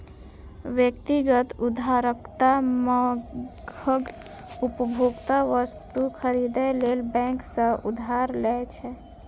व्यक्तिगत उधारकर्ता महग उपभोक्ता वस्तु खरीदै लेल बैंक सं उधार लै छै